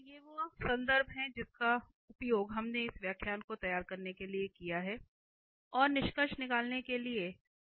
ये वे संदर्भ हैं जिनका उपयोग हमने इस व्याख्यान को तैयार करने के लिए किया है